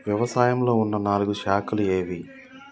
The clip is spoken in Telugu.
వ్యవసాయంలో ఉన్న నాలుగు శాఖలు ఏవి?